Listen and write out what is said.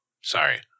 sorry